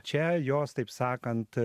čia jos taip sakant